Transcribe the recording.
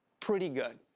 pretty good.